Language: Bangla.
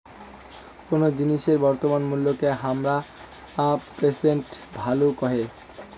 কোন জিনিসের বর্তমান মুল্যকে হামরা প্রেসেন্ট ভ্যালু কহে